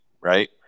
right